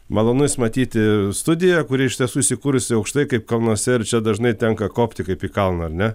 malonu jus matyti studijoje kuri iš tiesų įsikūrusi aukštai kaip kalnuose ir čia dažnai tenka kopti kaip į kalną ar ne